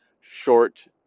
short